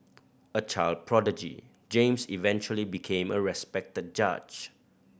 a child prodigy James eventually became a respected judge